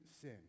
sin